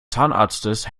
zahnarztes